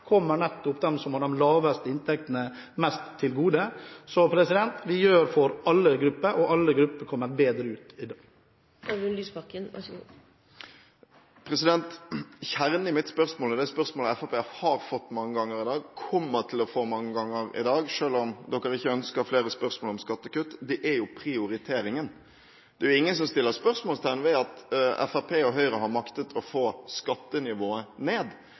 kommer nettopp dem som har de laveste inntektene, mest til gode. Så vi gjør noe for alle grupper, og alle grupper kommer bedre ut i dag. Kjernen i mitt spørsmål er det spørsmålet Fremskrittspartiet har fått mange ganger i dag, og som de kommer til å få mange ganger i dag, selv om de ikke ønsker flere spørsmål om skattekutt – det som gjelder prioriteringen. Det er ingen som stiller spørsmål ved at Fremskrittspartiet og Høyre har maktet å få skattenivået ned.